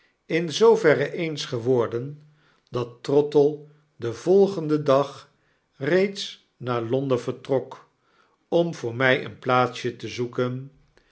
in zooverre eens geworden dat trottle den volgenden dag reeds naar l o n d e n vertrok om voor my een plaatsje te zoeken